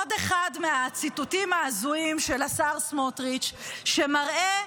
עוד אחד מהציטוטים ההזויים של השר סמוטריץ' שמראה,